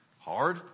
hard